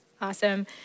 Awesome